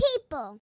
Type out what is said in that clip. people